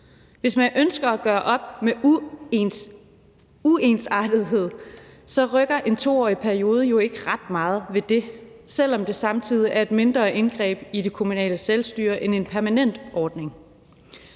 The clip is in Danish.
Hvis man ønsker at gøre op med uensartethed, rykker en 2-årig periode jo ikke ret meget ved det, selv om jeg medgiver, at det er et mindre indgreb i det kommunale selvstyre end en permanent ordning.